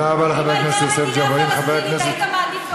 אם הייתה מדינה פלסטינית היית מעדיף לגור בה?